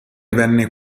venne